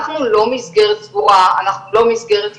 אנחנו לא מסגרת סגורה, אנחנו לא מסגרת אשפוזית.